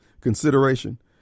consideration